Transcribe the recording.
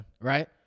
right